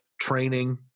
training